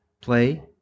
Play